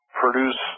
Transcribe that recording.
produce